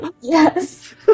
Yes